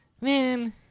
Man